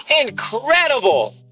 incredible